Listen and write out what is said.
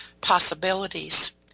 possibilities